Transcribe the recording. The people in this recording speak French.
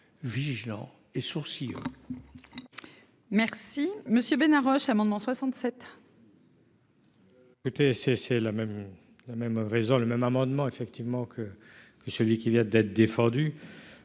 vigilants et sourcilleux. Merci monsieur. Ben, amendement 67. écoutez, c'est, c'est la même, la même raison, le même amendement effectivement que que celui qui vient d'être défendu,